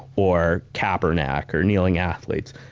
or kaepernick, or kneeling athletes,